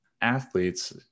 athletes